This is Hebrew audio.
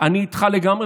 אני איתך לגמרי,